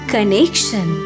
Connection